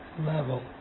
level